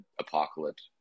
apocalypse